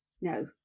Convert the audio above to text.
no